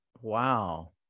Wow